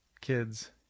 kids